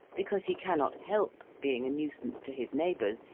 because he cannot help being a nuisance to his neighbours,